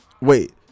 Wait